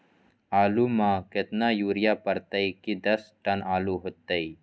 आलु म केतना यूरिया परतई की दस टन आलु होतई?